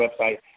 website